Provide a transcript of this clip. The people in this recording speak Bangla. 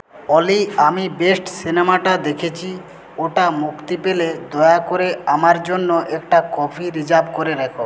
অলি আমি বেস্ট সিনেমাটা দেখেছি ওটা মুক্তি পেলে দয়া করে আমার জন্য একটা কপি রিজার্ভ করে রেখ